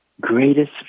greatest